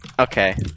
Okay